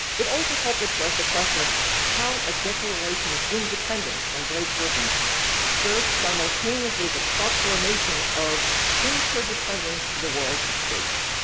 it also helped addressed the question of how a declaration of independence from great britain served simultaneously as a proclamation of inter dependence to the world of states.